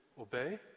obey